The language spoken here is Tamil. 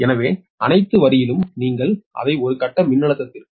எனவே அனைத்து வரியிலும் நீங்கள் அதை ஒரு கட்ட மின்னழுத்தத்திற்கு 127